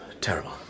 Terrible